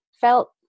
felt